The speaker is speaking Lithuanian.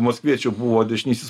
maskviečių buvo dešinysis